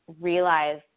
realize